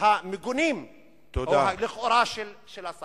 המגונים לכאורה של השר.